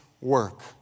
work